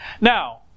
Now